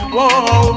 Whoa